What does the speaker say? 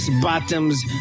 bottoms